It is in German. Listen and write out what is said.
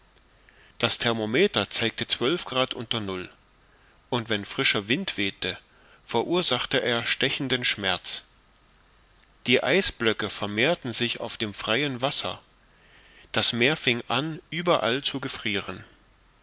das thermometer zeigte zwölf grad unter null und wenn frischer wind wehte verursachte er stechenden schmerz die eisblöcke vermehrten sich auf dem freien wasser das meer fing an überall zu gefrieren